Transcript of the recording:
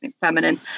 feminine